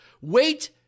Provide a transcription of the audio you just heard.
Wait